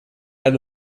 end